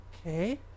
okay